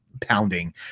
pounding